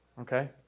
Okay